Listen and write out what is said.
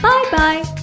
Bye-bye